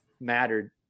mattered